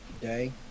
Day